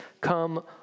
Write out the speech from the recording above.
come